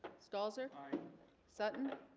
stalls er er and sutton